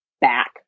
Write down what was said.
back